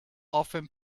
often